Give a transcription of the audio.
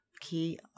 key